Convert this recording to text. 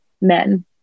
men